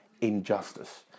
injustice